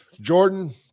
Jordan